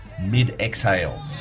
mid-exhale